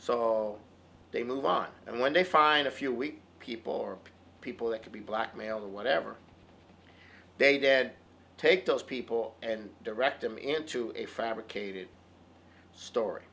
so they move on and when they find a few weak people or people that could be blackmailed or whatever they dad take those people and direct them into a fabricated story